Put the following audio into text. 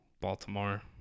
Baltimore